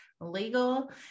legal